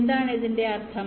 എന്താണ് ഇതിന്റെ അര്ഥം